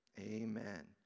amen